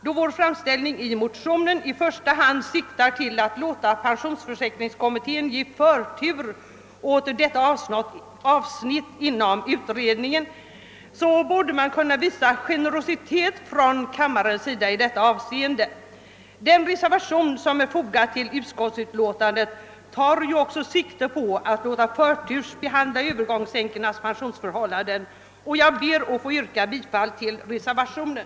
Då vår framställning i motionen i första hand siktar till att låta pensionsförsäkringskommittén ge förtur åt detta avsnitt inom utredningen, borde man kunna visa generositet från kammarens sida i detta avseende. Den reservation som är fogad till utskottsutlåtandet tar ju också sikte på att låta förtursbehandla övergångsänkornas pensionsförhållanden och jag ber att få yrka bifall till reservationen.